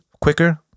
quicker